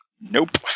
Nope